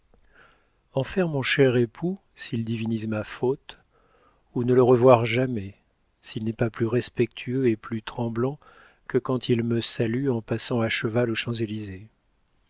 faire mon cher époux s'il divinise ma faute ou ne le revoir jamais s'il n'est pas plus respectueux et plus tremblant que quand il me salue en passant à cheval aux champs-élysées